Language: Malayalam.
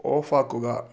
ഓഫാക്കുക